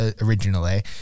originally